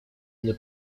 для